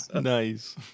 Nice